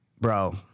bro